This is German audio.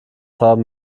haben